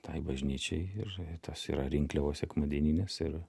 tai bažnyčiai ir tos yra rinkliavos sekmadieninės ir